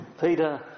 Peter